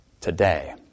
today